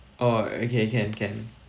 oh okay can can